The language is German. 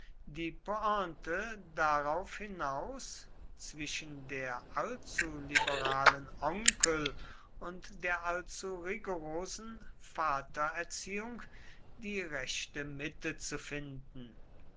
darauf hinaus zwischen der allzu liberalen onkel und der allzu rigorosen vatererziehung die rechte mitte zu finden